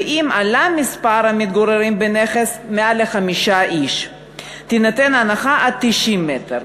ואם עלה מספר המתגוררים בנכס מעל לחמישה איש תינתן הנחה עד 90 מ"ר.